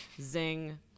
Zing